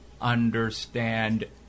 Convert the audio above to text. understand